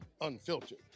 unfiltered